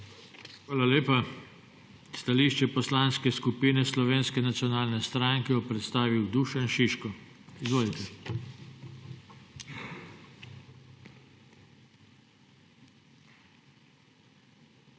Hvala lepa. Stališče Poslanske skupine Slovenske nacionalne stranke bo predstavil Dušan Šiško. Izvolite. DUŠAN ŠIŠKO